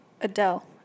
Adele